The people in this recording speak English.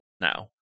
now